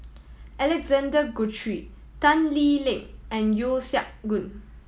Alexander Guthrie Tan Lee Leng and Yeo Siak Goon